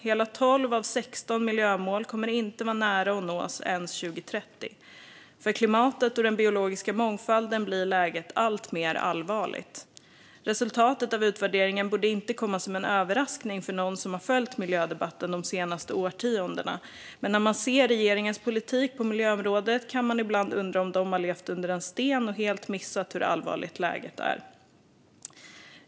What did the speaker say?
Hela 12 av 16 miljömål kommer inte att vara nära att nås ens 2030. För klimatet och den biologiska mångfalden blir läget alltmer allvarligt. Resultatet av utvärderingen borde inte komma som en överraskning för någon som har följt miljödebatten de senaste årtiondena. Men när man ser regeringens politik på miljöområdet kan man ibland undra om de har levt under en sten och helt missat hur allvarligt läget är.